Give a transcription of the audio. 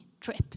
trip